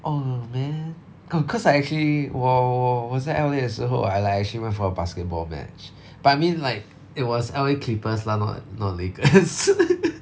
!aww! man ca~ cause I actually 我我我在 L_A 的时候 I like actually went for a basketball match but I mean like it was L_A Clippers lah not not Lakers